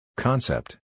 Concept